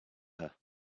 her